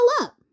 up